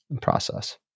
process